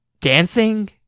dancing